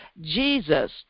Jesus